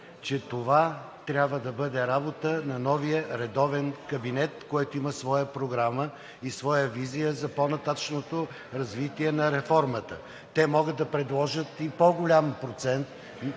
че това трябва да бъде работа на новия редовен кабинет, който има своя програма и своя визия за по-нататъшното развитие на реформата. Те могат да предложат и по-голям процент